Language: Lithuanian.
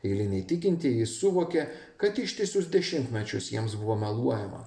eiliniai tikintieji suvokė kad ištisus dešimtmečius jiems buvo meluojama